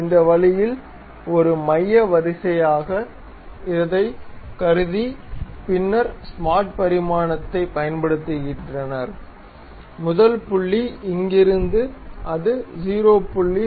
இந்த வழியில் ஒரு மைய வரிசையாக இரதை கருதி பின்னர் ஸ்மார்ட் பரிமாணத்தை பயன்படுத்துகின்றனர் முதல் புள்ளி இங்கிருந்து அது 0